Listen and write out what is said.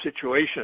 situation